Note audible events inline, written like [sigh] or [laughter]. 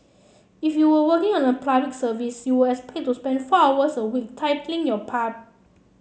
if you were working in a [unintelligible] service you were expected to spend four hours a week tilling your [unintelligible]